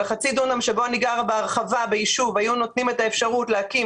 בחצי דונם שבו אני גרה בהרחבה בישוב היו נותנים את האפשרות להקים